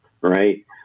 Right